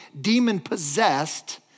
demon-possessed